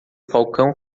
falcão